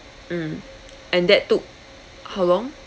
mm and that took how long